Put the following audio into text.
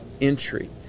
entry